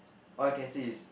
what I can say is